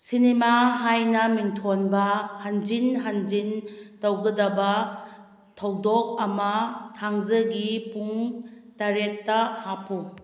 cinema ꯍꯥꯏꯅ ꯃꯤꯡꯊꯣꯟꯕ ꯍꯟꯖꯤꯟ ꯍꯟꯖꯤꯟ ꯇꯧꯒꯗꯕ ꯊꯧꯗꯣꯛ ꯑꯃ ꯊꯥꯡꯖꯒꯤ ꯄꯨꯡ ꯇꯔꯦꯠꯇ ꯍꯥꯞꯄꯨ